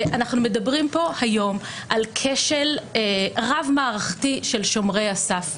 אנחנו מדברים פה היום על כשל רב-מערכתי של שומרי הסף,